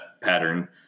pattern